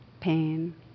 pain